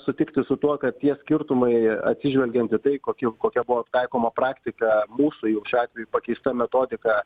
sutikti su tuo kad tie skirtumai atsižvelgiant į tai kokia kokia buvo taikoma praktika mūsų jau šiuo atveju pakeista metodika